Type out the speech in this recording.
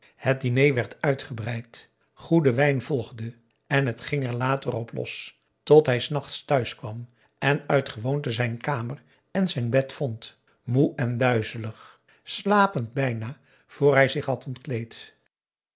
het diner werd uitgebreid goede wijn volgde en het ging er later op los tot hij s nachts thuis kwam en uit gewoonte zijn kamer en zijn bed vond moê en duizelig slapend bijna voor hij zich had